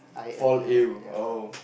fall ill oh